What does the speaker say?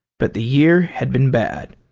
but the year had been bad.